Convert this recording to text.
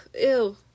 ew